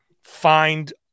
find